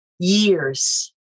Years